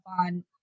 on